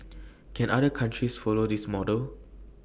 can other countries follow this model